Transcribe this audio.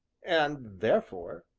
and therefore,